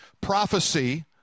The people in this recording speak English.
prophecy